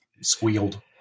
squealed